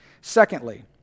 Secondly